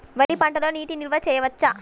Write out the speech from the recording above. వరి పంటలో నీటి నిల్వ చేయవచ్చా?